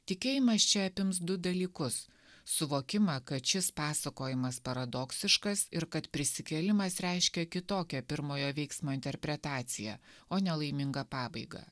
tikėjimas čia apims du dalykus suvokimą kad šis pasakojimas paradoksiškas ir kad prisikėlimas reiškia kitokią pirmojo veiksmo interpretaciją o nelaimingą pabaigą